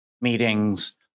meetings